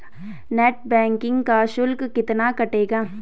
Net banking का शुल्क कितना कटेगा?